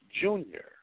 junior